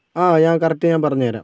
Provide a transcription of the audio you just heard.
ആ ഞാൻ കറക്ട് ഞാൻ പറഞ്ഞുതരാം